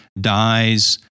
dies